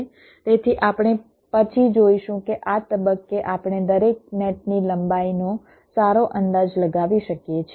તેથી આપણે પછી જોઈશું કે આ તબક્કે આપણે દરેક નેટની લંબાઈનો સારો અંદાજ લગાવી શકીએ છીએ